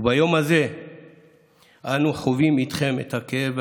וביום הזה אנו חווים איתכם את הכאב,